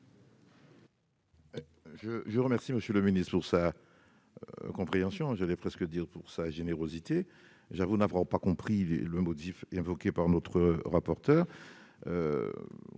Je remercie M. le ministre de sa compréhension- j'allais presque dire de sa générosité. J'avoue n'avoir pas compris les motifs invoqués par Mme la rapporteure